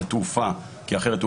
כי אחרת,